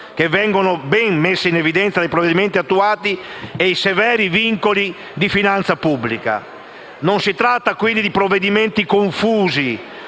che vengono ben messe in evidenza dai provvedimenti attuati, e i severi vincoli di finanza pubblica. Non si tratta quindi di provvedimenti confusi,